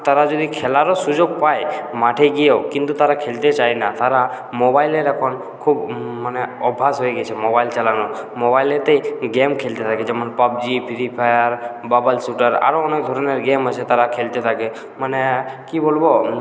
তারা যদি খেলারও সুযোগ পায় মাঠে গিয়েও কিন্তু তারা খেলতে চায় না তারা মোবাইলের এখন খুব মানে অভ্যাস হয়ে গেছে মোবাইল চালানো মোবাইলেতে গেম খেলতে থাকে যেমন PUBG Free Fire Bubble Shooter আরও অনেক ধরনের গেম আছে তারা খেলতে থাকে মানে কি বলবো